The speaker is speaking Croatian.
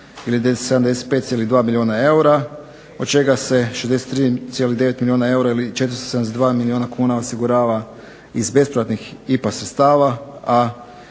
ili 75,2 milijuna eura od čega se 63,9 milijuna eura ili 472 milijuna kuna osigurava iz besplatnih IPA sredstava, a